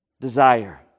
desire